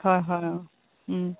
হয় হয় অঁ